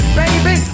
baby